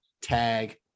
tag